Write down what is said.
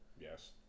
yes